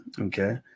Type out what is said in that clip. Okay